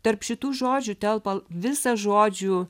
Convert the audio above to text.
tarp šitų žodžių telpa visas žodžių